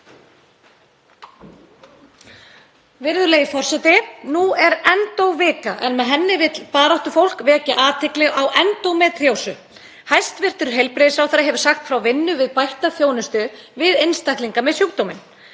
Virðulegi forseti. Nú er endóvika, en með henni vill baráttufólk vekja athygli á endómetríósu. Hæstv. heilbrigðisráðherra hefur sagt frá vinnu við bætta þjónustu við einstaklinga með sjúkdóminn.